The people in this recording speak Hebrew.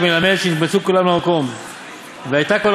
אמר רבי יצחק,